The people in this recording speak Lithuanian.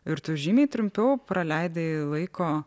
ir tu žymiai trumpiau praleidai laiko